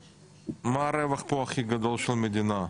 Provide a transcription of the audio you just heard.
אבל מה הרווח הכי גדול פה של המדינה?